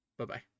Bye-bye